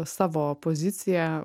savo poziciją